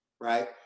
right